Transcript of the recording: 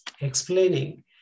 explaining